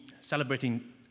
celebrating